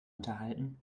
unterhalten